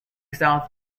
south